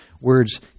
words